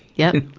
yeah.